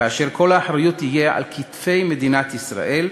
כאשר כל האחריות תהיה על כתפי מדינת ישראל,